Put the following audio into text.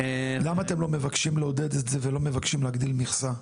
למה אתם לא מבקשים לעודד את זה ולא מבקשים להגדיל מכסה?